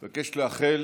אני מבקש לאחל